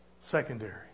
Secondary